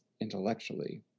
intellectually